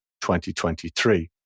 2023